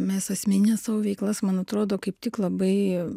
mes asmenines savo veiklas man atrodo kaip tik labai